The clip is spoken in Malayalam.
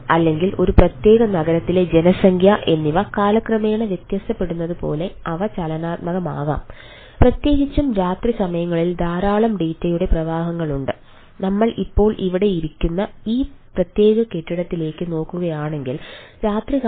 അവ ഒരു ദിവസം മാറുന്നില്ല